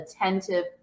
attentive